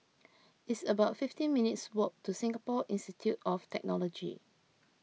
it's about fifteen minutes' walk to Singapore Institute of Technology